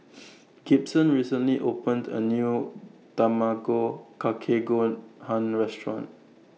Gibson recently opened A New Tamago Kake Gohan Restaurant